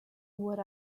what